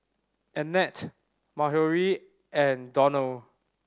Annette Marjorie and Donald